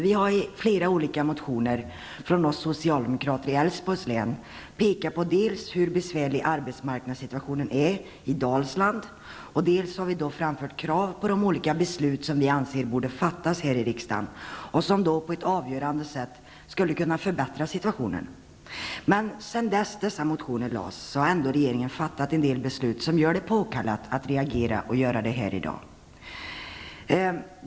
Vi socialdemokrater i Älvsborgs län har i flera olika motioner pekat på hur besvärlig arbetsmarknadssituationen är i Dalsland och framfört krav på olika beslut som vi anser borde fattas här i riksdagen och som på ett avgörande sätt skulle kunna förbättra situationen. Sedan dessa motioner väcktes har regeringen fattat en del beslut som gör det påkallat att reagera, här i dag.